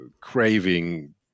craving